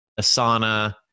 Asana